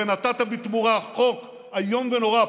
ונתת בתמורה חוק איום ונורא,